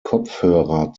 kopfhörer